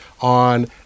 on